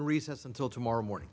recess until tomorrow morning